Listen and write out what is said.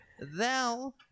thou